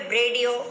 radio